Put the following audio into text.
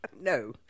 No